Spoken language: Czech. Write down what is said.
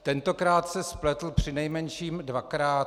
Tentokrát se spletl přinejmenším dvakrát.